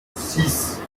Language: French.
six